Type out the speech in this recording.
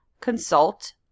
consult